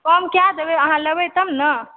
कम कए देबय अहाँ लेबै तब ने